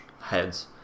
heads